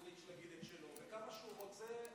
אדוני היושב-ראש, כנסת נכבדה,